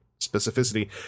specificity